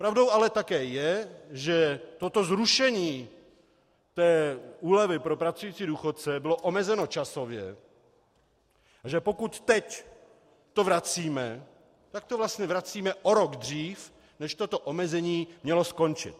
Pravdou ale také je, že toto zrušení úlevy pro pracující důchodce bylo omezeno časově, a že pokud teď to vracíme, tak to vlastně vracíme o rok dřív, než toto omezení mělo skončit.